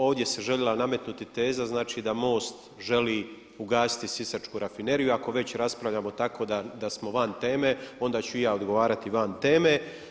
Ovdje se željela nametnuti teza da MOST želi ugasiti Sisačku rafineriju i ako već raspravljamo tako da smo van teme onda ću i ja odgovarati van teme.